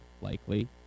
likely